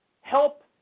help